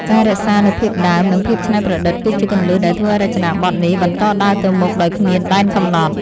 ការរក្សានូវភាពដើមនិងភាពច្នៃប្រឌិត គឺជាគន្លឹះដែលធ្វើឱ្យរចនាប័ទ្មនេះបន្តដើរទៅមុខដោយគ្មានដែនកំណត់។